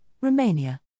Romania